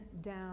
down